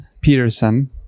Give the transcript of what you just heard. Peterson